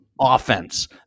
offense